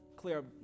clear